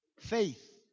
faith